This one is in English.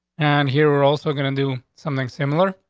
and here we're also gonna do something similar.